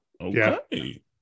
Okay